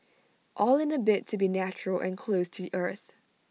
all in A bid to be natural and close to the earth